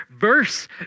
verse